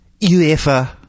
UEFA